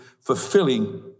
fulfilling